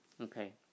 Okay